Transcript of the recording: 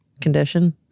condition